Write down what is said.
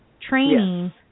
training